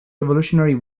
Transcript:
revolutionary